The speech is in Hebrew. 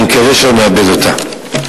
אני מקווה שלא נאבד אותה.